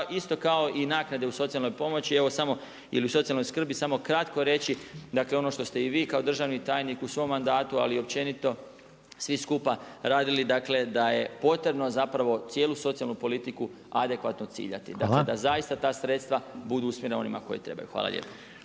Isto tako i nakade u socijalnoj pomoći ili u socijalnoj skrbi, samo kratko reći, dakle ono što ste i vi kao državni tajnik u svom mandatu ali i općenito svi skupa radili, dakle da je potrebno cijelu socijalnu politiku adekvatno ciljati, da zaista ta sredstva budu usmjerena onima kojima treba. Hvala lijepa.